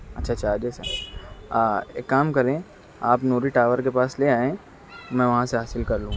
اچھا چارجز ہیں ایک کام کریں آپ نوری ٹاور کے پاس لے آئیں میں وہاں سے حاصل کر لوں گا